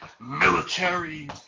military